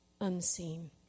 unseen